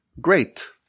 great